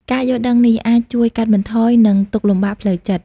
ការយល់ដឹងនេះអាចជួយកាត់បន្ថយនឹងទុក្ខលំបាកផ្លូវចិត្ត។